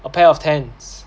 a pair of tens